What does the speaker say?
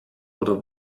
oder